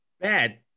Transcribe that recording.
Bad